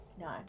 no